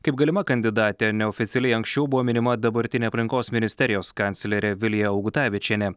kaip galima kandidatė neoficialiai anksčiau buvo minima dabartinė aplinkos ministerijos kanclerė vilija augutavičienė